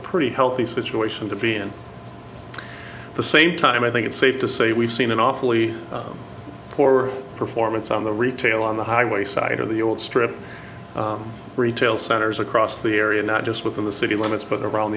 pretty healthy situation to be in the same time i think it's safe to say we've seen an awfully poor performance on the retail on the highway side or the old strip retail centers across the area not just within the city limits but around